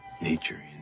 nature